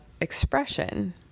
expression